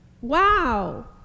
Wow